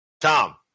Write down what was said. Tom